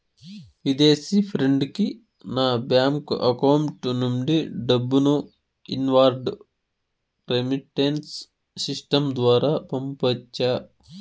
విదేశీ ఫ్రెండ్ కి నా బ్యాంకు అకౌంట్ నుండి డబ్బును ఇన్వార్డ్ రెమిట్టెన్స్ సిస్టం ద్వారా పంపొచ్చా?